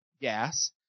Gas